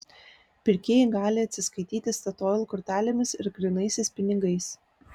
pirkėjai gali atsiskaityti statoil kortelėmis ir grynaisiais pinigais